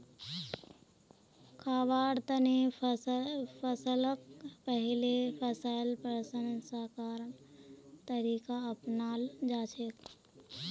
खाबार तने फसलक पहिले फसल प्रसंस्करण तरीका अपनाल जाछेक